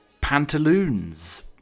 pantaloons